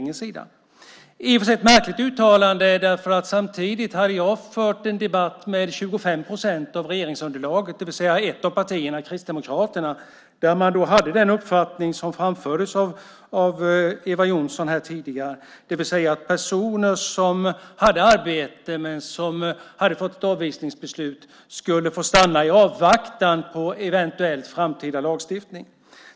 Det var i och för sig ett märkligt uttalande, för jag hade samtidigt fört en debatt med Kristdemokraterna som utgör 25 procent av regeringsunderlaget, och de hade den uppfattning som här framförts av Eva Johnsson, nämligen att personer som hade arbete men som fått ett avvisningsbeslut skulle få stanna i avvaktan på en eventuell framtida lagstiftning.